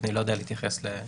אני לא יודע להתייחס לשאלה.